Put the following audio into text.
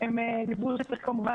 ילדים ומורים,